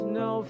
no